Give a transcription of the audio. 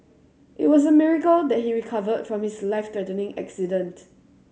it was a miracle that he recovered from his life threatening accident